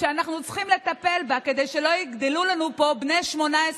שאנחנו צריכים לטפל בה כדי שלא יגדלו לנו פה בני 18,